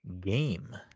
Game